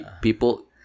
People